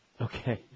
Okay